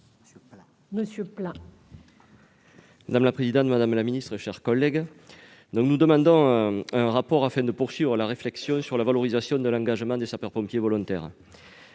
Monsieur Pla,